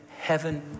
heaven